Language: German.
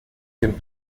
dem